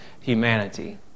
humanity